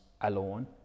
alone